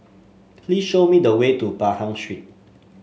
please show me the way to Pahang Street